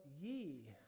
ye